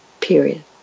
Period